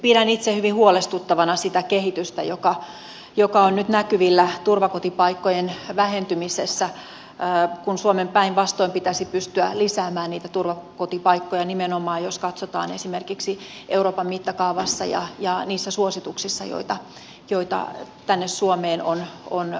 pidän itse hyvin huolestuttavana sitä kehitystä joka on nyt näkyvillä turvakotipaikkojen vähentymisessä kun suomen päinvastoin pitäisi pystyä nimenomaan lisäämään niitä turvakotipaikkoja jos katsotaan esimerkiksi euroopan mittakaavaa ja niitä suosituksia joita tänne suomeen on annettu